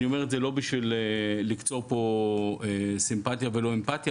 אני אומר את זה לא בשביל לקצור פה סימפטיה ולא אמפתיה,